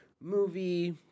movie